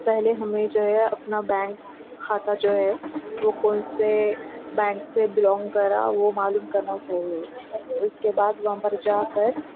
پہلے ہمیں جو ہے اپنا بینک کھاتہ کو ہے وہ کون سے بینک سے بلونگ کر رہا وہ معلوم کرنا چاہیے اس کے بعد وہاں پر جا کر